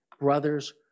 brothers